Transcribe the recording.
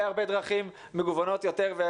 בהרבה דרכים מגוונות יותר,